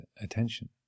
attention